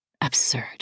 Absurd